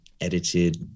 edited